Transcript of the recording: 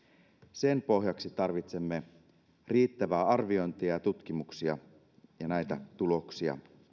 sen päätöksenteon pohjaksi tarvitsemme riittävää arviointia ja tutkimuksia ja näiden tuloksia